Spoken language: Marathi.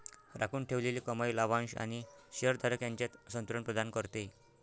राखून ठेवलेली कमाई लाभांश आणि शेअर धारक यांच्यात संतुलन प्रदान करते